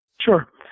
Sure